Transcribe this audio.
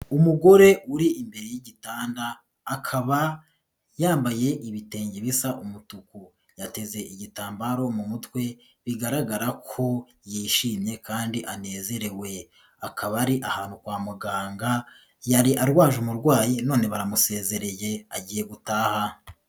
Umugore uri imbere y'igitanda akaba yambaye ibitenge bisa umutuku, yateze igitambaro mu mutwe bigaragara ko yishimye kandi anezerewe. Akaba ari ahantu kwa muganga yari arwaje umurwayi none baramusezereye agiye gutaha.